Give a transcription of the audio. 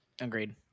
Agreed